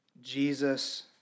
Jesus